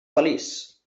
feliç